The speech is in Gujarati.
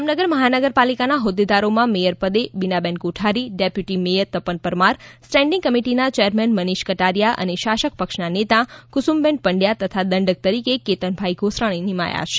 જામનગર મહાનગરપાલિકાના હોદ્દેદારોમાં મેયર પદે Binaben Kothari deputy mayor Tapan Parmar standing કમિટીના ચેરમેન મનીષ કટારીયાઅને શાસક પક્ષના નેતા કુસુમબેન પડયા તથા દંડક તરીકે કેતનભાઈ ગૉસરાણી નિમાયા છે